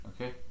okay